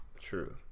True